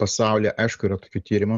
pasaulyje aišku yra tokių tyrimų